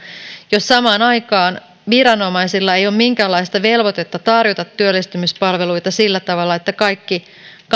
jos samaan aikaan viranomaisilla ei ole minkäänlaista velvoitetta tarjota työllistymispalveluita sillä tavalla että kaikki